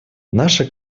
наша